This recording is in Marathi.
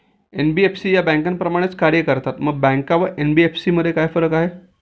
एन.बी.एफ.सी या बँकांप्रमाणेच कार्य करतात, मग बँका व एन.बी.एफ.सी मध्ये काय फरक आहे?